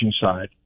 side